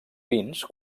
pins